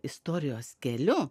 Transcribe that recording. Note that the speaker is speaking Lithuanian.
istorijos keliu